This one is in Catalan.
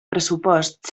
pressupost